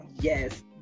yes